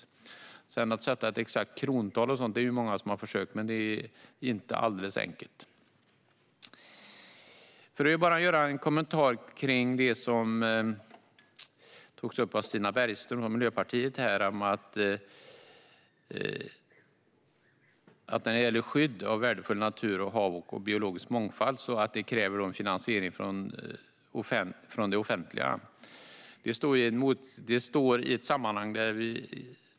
Många har försökt sätta ett exakt krontal, men det är inte alldeles enkelt. Jag ska kommentera det som togs upp av Stina Bergström och Miljöpartiet när det gäller att skydd av värdefull natur, hav och biologisk mångfald kräver finansiering från det offentliga.